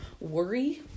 worry